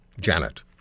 Janet